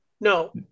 No